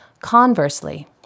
Conversely